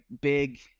big